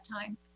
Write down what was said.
time